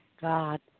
God